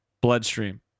bloodstream